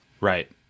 Right